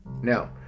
Now